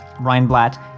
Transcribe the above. Reinblatt